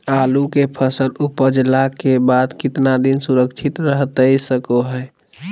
आलू के फसल उपजला के बाद कितना दिन सुरक्षित रहतई सको हय?